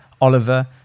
Oliver